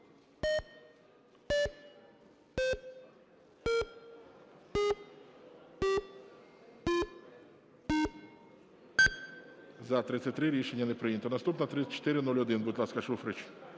За-33 Рішення не прийнято. Наступна – 3401. Будь ласка, Шуфрич.